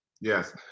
Yes